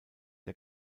der